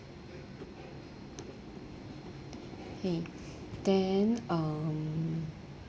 okay then um